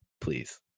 please